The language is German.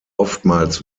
oftmals